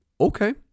okay